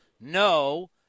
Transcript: no